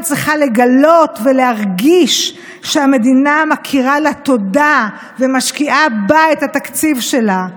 צריכה לגלות ולהרגיש שהמדינה מכירה לה תודה ומשקיעה בה את התקציב שלה.